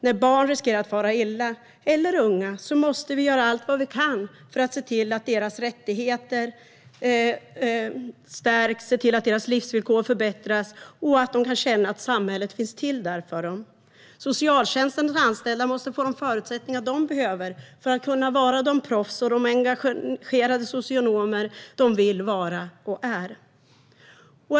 När barn eller unga riskerar att fara illa måste vi göra allt vi kan för att se till att deras rättigheter stärks, att deras livsvillkor förbättras och att de känner att samhället finns där för dem. Socialtjänstens anställda måste få de förutsättningar de behöver för att vara de proffs och de engagerade socionomer de vill vara och är.